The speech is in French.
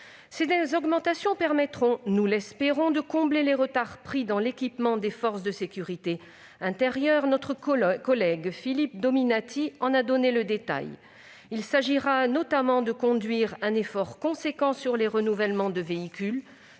Ces augmentations permettront, nous l'espérons, de combler les retards pris dans l'équipement des forces de sécurité intérieure. Philippe Dominati en a donné le détail. Il s'agira notamment de réaliser un effort important sur les renouvellements de véhicules,